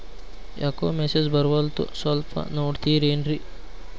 ಯಾಕೊ ಮೆಸೇಜ್ ಬರ್ವಲ್ತು ಸ್ವಲ್ಪ ನೋಡ್ತಿರೇನ್ರಿ?